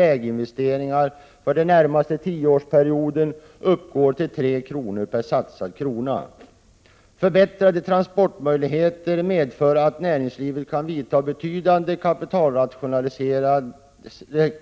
väginvesteringar för den närmaste tioårsperioden uppgår till 3 kr. per satsad krona. Förbättrade transportmöjligheter medför att näringslivet kan vidta betydande